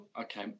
Okay